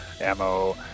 ammo